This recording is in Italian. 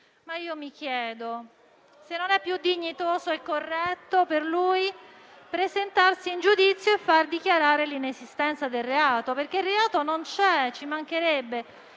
Ma io mi chiedo se non sia più dignitoso e corretto per lui presentarsi in giudizio e far dichiarare l'inesistenza del reato, perché il reato non c'è, ci mancherebbe,